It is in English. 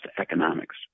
economics